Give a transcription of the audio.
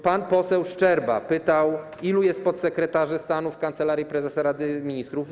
Pan poseł Szczerba pytał, ilu jest podsekretarzy stanu w Kancelarii Prezesa Rady Ministrów.